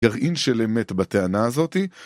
ירעין של אמת בטענה הזאתי...